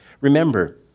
Remember